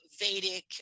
Vedic